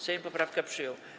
Sejm poprawkę przyjął.